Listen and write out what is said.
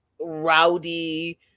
rowdy